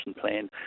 plan